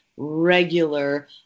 regular